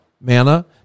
Manna